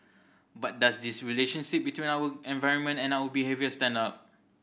but does this relationship between our environment and our behaviour stand up